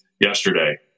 yesterday